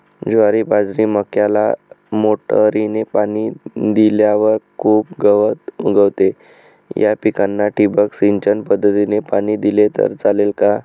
ज्वारी, बाजरी, मक्याला मोटरीने पाणी दिल्यावर खूप गवत उगवते, या पिकांना ठिबक सिंचन पद्धतीने पाणी दिले तर चालेल का?